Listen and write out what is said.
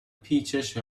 پیچش